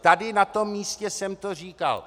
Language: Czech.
Tady na tom místě jsem to říkal.